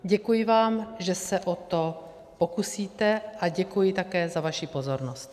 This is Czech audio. Děkuji vám, že se o to pokusíte, a děkuji také za vaši pozornost.